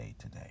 today